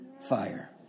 fire